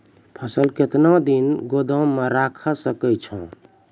फसल केतना दिन गोदाम मे राखै सकै छौ?